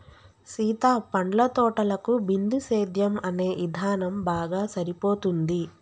సీత పండ్ల తోటలకు బిందుసేద్యం అనే ఇధానం బాగా సరిపోతుంది